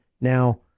now